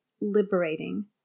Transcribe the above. liberating